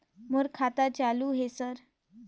मोर खाता चालु हे सर?